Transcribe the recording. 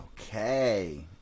Okay